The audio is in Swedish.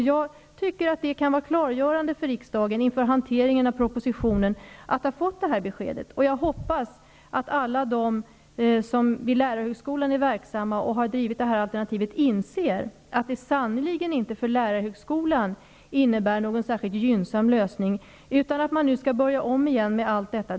Jag tycker att det kan vara klargörande för riksda gen inför hanteringen av propositionen att vi har fått det här beskedet, och jag hoppas att alla de som är verksamma vid lärarhögskolan och som har drivit det här alternativet inser att propositio nen sannerligen inte för lärarhögskolan innebär någon särskilt gynnsam lösning utan att man nu skall börja om igen med allt detta.